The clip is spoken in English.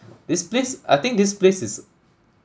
this place I think this place is